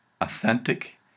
authentic